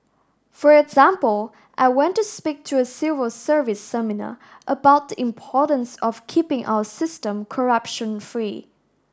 for example I went to speak to a civil service seminar about the importance of keeping our system corruption free